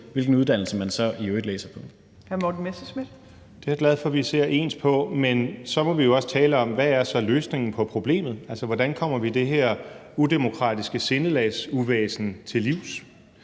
Morten Messerschmidt (DF): Det er jeg glad for vi ser ens på, men så må vi jo også tale om, hvad løsningen på problemet er, altså hvordan vi kommer det her udemokratiske sindelagsuvæsen til livs.